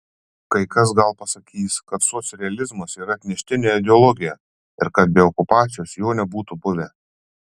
kai kas gal pasakys kad socrealizmas yra atneštinė ideologija ir kad be okupacijos jo nebūtų buvę